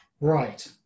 right